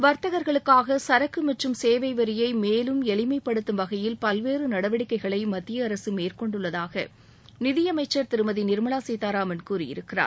வர்த்தகர்களுக்காக சரக்கு மற்றும் சேவை வரியை மேலும் எளிமைப்படுத்தும் வகையில் பல்வேறு நடவடிக்கைகளை மத்திய அரசு மேற்கொண்டுள்ளதாக நிதியமைச்சா் திருமதி நிா்மலா சீதாராமன் கூறியிருக்கிறார்